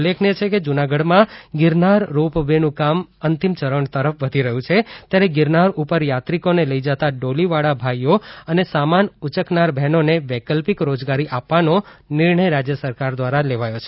ઉલ્લેખનીય છે કે જૂનાગઢમાં ગિરનાર રોપ વે નું કામ અંતિમ ચરણ તરફ વધી રહ્યું છે ત્યારે ગિરનાર ઉપર યાત્રિકોને લઇ જતા ડોલીવાળા ભાઇઓ અને સામાન ઉંચકનાર બહેનોને વૈકલ્પિક રોજગારી આપવાનો નિર્ણય રાજ્ય સરકાર દ્વારા લેવાયો છે